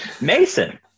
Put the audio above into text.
mason